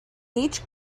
each